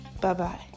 Bye-bye